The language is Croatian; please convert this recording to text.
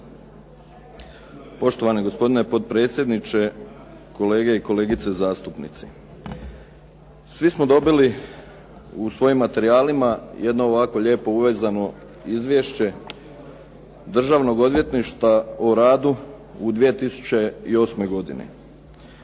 Poštovani gospodine potpredsjedniče, kolege i kolegice zastupnici. Svi smo dobili u svojim materijalima jedno ovako lijepo uvezano Izvješće Državnog odvjetništva o radu u 2008. godini.